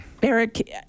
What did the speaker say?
Eric